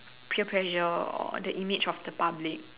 peer pressure or the image of the public